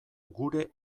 gure